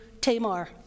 Tamar